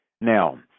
Now